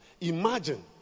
Imagine